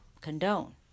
condone